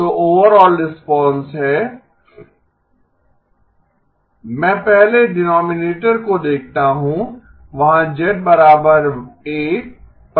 तो overall response है मैं पहले डीनोमीनेटर को देखता हूं वहाँ za पर एक पोल है ठीक है